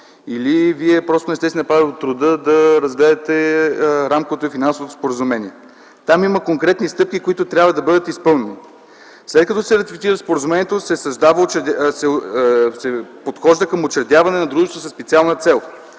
или Вие просто не сте си направили труда да разгледате рамковото и финансовото споразумение. Там има конкретни стъпки, които трябва да бъдат изпълнени. След като се ратифицира споразумението, се подхожда към учредяване на дружество със специална цел.